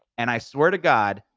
and i swear to god,